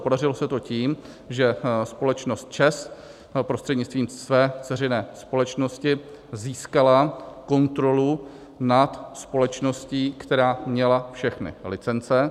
Podařilo se to tím, že společnost ČEZ prostřednictvím své dceřiné společnosti získala kontrolu nad společností, která měla všechny licence.